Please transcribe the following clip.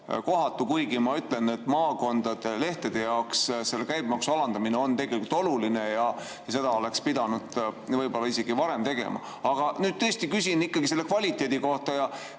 kohatu, kuigi ma ütlen, et maakondade lehtede jaoks selle käibemaksu alandamine on tegelikult oluline ja seda oleks pidanud võib-olla isegi varem tegema. Aga nüüd ma tõesti küsin ikkagi selle kvaliteedi kohta.